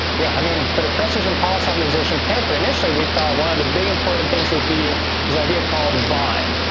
yeah, i mean, for the trust region policy optimization paper initially, we thought one of the big important things would be this idea called vine,